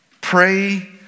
pray